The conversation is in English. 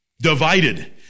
divided